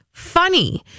funny